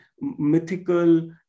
mythical